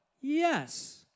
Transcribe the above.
Yes